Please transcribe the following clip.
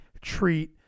treat